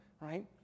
right